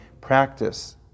practice